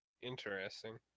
Interesting